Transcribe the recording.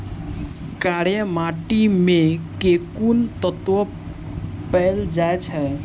कार्य माटि मे केँ कुन तत्व पैल जाय छै?